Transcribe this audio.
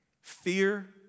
Fear